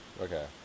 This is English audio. okay